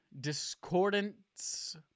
Discordance